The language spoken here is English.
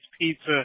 pizza